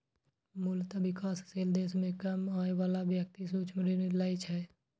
मूलतः विकासशील देश मे कम आय बला व्यक्ति सूक्ष्म ऋण लै छै